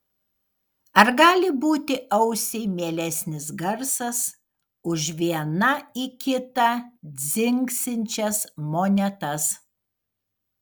ar gali būti ausiai mielesnis garsas už viena į kitą dzingsinčias monetas